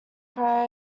prior